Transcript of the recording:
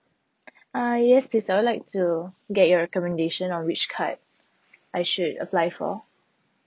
ah yes please I would like to get your recommendation of which card I should apply for